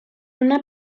una